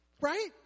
right